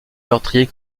meurtriers